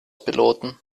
piloten